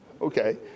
okay